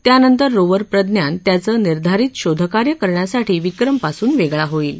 त्यानंतर रोव्हर प्रज्ञान त्याचं निर्धारित शोधकार्य करण्यासाठी विक्रमपासून वेगळा होईल